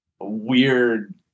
weird